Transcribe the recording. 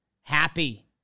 Happy